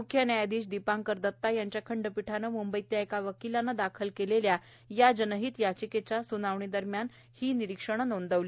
म्ख्य न्यायाधीश दीपांकर दत्ता यांच्या खंडपिठानं मुंबईतल्या एका वकिलाने दाखल केलेल्या एका जनहित याचिकेच्या सुनावणीदरम्यान ही निरिक्षण नोंदवली